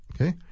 okay